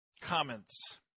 Comments